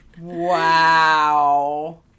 Wow